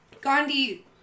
Gandhi